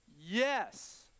yes